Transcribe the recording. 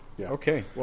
Okay